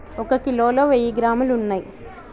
ఒక కిలోలో వెయ్యి గ్రాములు ఉన్నయ్